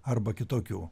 arba kitokių